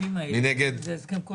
נגד?